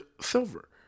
silver